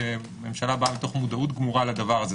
והממשלה באה מתוך מודעות גמורה לזה.